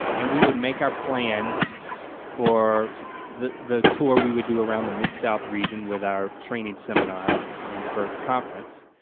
and we would make our plans for the the tour, we would do around the mid south region with our training seminar and for conference,